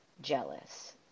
jealous